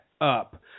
up